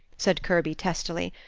said kirby, testily.